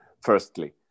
firstly